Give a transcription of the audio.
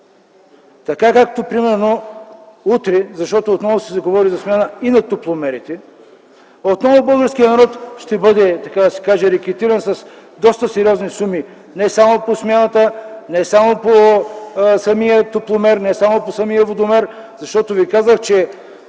Така както примерно утре, защото отново се заговори за смяна – и на топломерите, отново българският народ ще бъде рекетиран с доста сериозни суми не само по смяната, не само по самия топломер, не само по самия водомер. Казах ви, че